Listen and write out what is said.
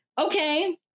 okay